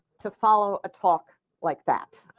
to follow a talk like that.